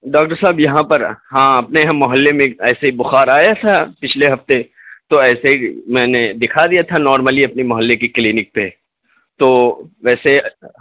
doctor صاحب یہاں پر ہاں اپنے یہاں ہم محلے میں ایسے ہی بخار آیا تھا پچھلے ہفتے تو ایسے ہی میں نے دکھا دیا تھا نارملی اپنی محلے کی کلینک پہ تو ویسے